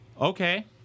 Okay